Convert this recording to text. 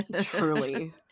Truly